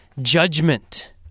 judgment